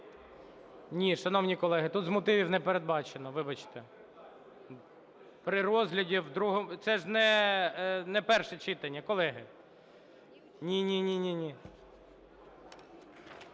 Ні, шановні колеги, тут з мотивів не передбачено. Вибачте. При розгляді в другому… Це ж не перше читання, колеги. Ні, ні, ні, ні,